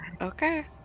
Okay